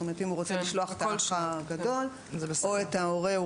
זאת אומרת אם הוא רוצה לשלוח את האח הגדול או את ההורה לא